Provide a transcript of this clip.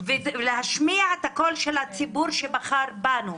ולהשמיע את הקול של הציבור שבחר בנו.